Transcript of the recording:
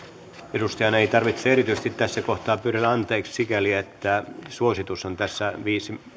edustajan ei tarvitse erityisesti tässä kohtaa pyydellä anteeksi sikäli että suositus on tässä